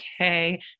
okay